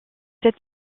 cette